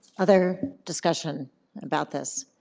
other discussion about this?